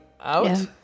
out